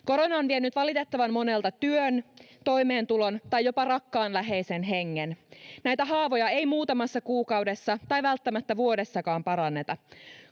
Korona on vienyt valitettavan monelta työn, toimeentulon tai jopa rakkaan läheisen hengen. Näitä haavoja ei muutamassa kuukaudessa tai välttämättä vuodessakaan paranneta.